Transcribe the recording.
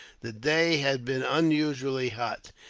the day had been unusually hot.